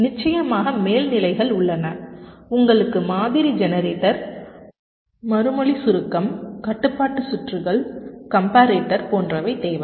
நிச்சயமாக மேல்நிலைகள் உள்ளன உங்களுக்கு மாதிரி ஜெனரேட்டர் மறுமொழி சுருக்கம் கட்டுப்பாட்டு சுற்றுகள் கம்பாரேட்டர் போன்றவை தேவை